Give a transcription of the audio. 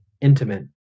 intimate